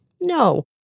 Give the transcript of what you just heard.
No